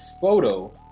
photo